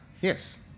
Yes